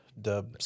Dub